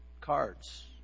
cards